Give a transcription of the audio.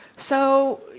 so,